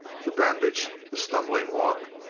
the bandage, the stumbling walk,